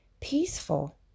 peaceful